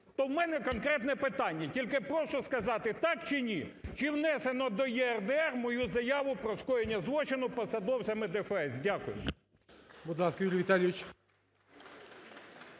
То в мене конкретне питання, тільки прошу сказати так чи ні. Чи внесено до ЄРДР мою заяву про скоєння злочину посадовцями ДФС? Дякую.